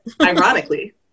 Ironically